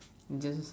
just